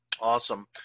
Awesome